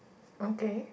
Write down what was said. okay